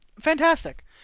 Fantastic